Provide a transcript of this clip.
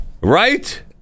right